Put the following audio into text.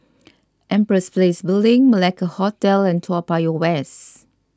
Empress Place Building Malacca Hotel and Toa Payoh West